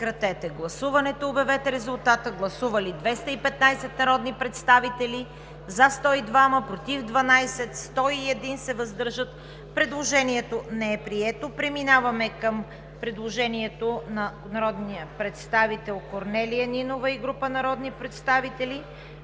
и група народни представители. Гласували 215 народни представители: за 102, против 12, въздържали се 101. Предложението не е прието. Преминаваме към предложението на народния представител Корнелия Нинова и група народни представители,